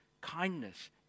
kindness